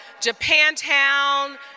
Japantown